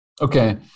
Okay